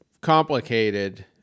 complicated